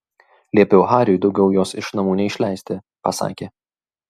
liepiau hariui daugiau jos iš namų neišleisti pasakė